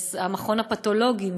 המכון הפתולוגי,